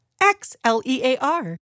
X-L-E-A-R